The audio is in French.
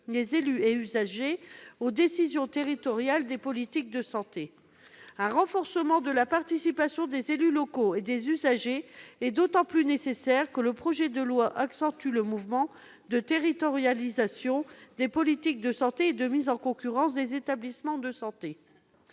les élus et les usagers aux décisions territoriales des politiques de santé. Un renforcement de la participation des élus locaux et des usagers est d'autant plus nécessaire que le projet de loi accentue le mouvement de territorialisation des politiques de santé et de mise en concurrence des établissements de santé.